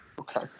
Okay